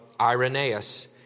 Irenaeus